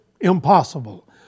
impossible